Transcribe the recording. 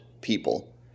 people